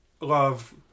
love